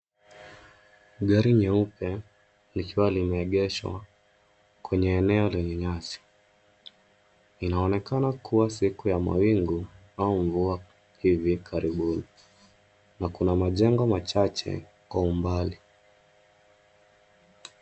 Gari nyeupe, likiwa limeegeshwa kwenye eneo lenye nyasi. Inaonekana kuwa siku ya mawingu, au mvua hivi karibuni na kuna majengo machache kwa umbali.